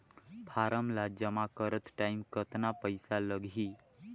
Form ला जमा करत टाइम कतना पइसा लगही?